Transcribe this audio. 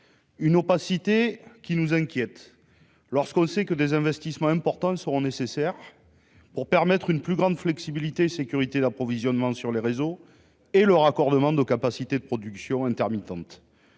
Cette opacité nous inquiète. On sait en effet que des investissements importants seront nécessaires pour permettre une plus grande flexibilité et une sécurité d'approvisionnement sur les réseaux, ainsi que le raccordement de capacités de production intermittentes.